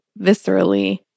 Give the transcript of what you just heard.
viscerally